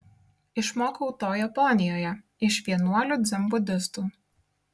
išmokau to japonijoje iš vienuolių dzenbudistų